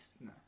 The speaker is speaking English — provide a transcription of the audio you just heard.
no